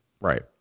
right